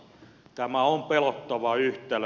tämä on pelottava yhtälö